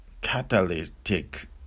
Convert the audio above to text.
catalytic